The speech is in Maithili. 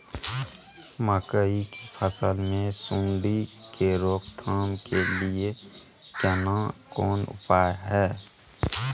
मकई की फसल मे सुंडी के रोक थाम के लिये केना कोन उपाय हय?